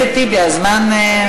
חבר הכנסת טיבי, הזמן.